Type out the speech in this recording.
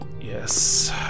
yes